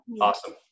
awesome